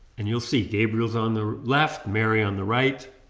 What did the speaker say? and you'll see gabriel's on the left, mary on the right,